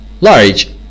Large